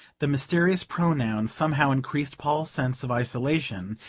the mysterious pronoun somehow increased paul's sense of isolation,